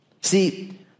See